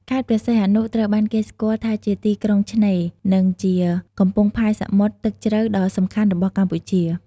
ខេត្តព្រះសីហនុ ត្រូវបានគេស្គាល់ថាជាទីក្រុងឆ្នេរ និងជាកំពង់ផែសមុទ្រទឹកជ្រៅដ៏សំខាន់របស់កម្ពុជា។